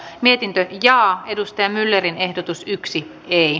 mietintö ja ojitusten myllerin ehdotus yksi ei